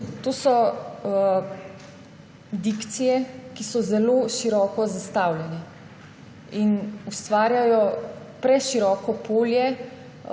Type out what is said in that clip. To so dikcije, ki so zelo široko zastavljene in ustvarjajo preširoko polje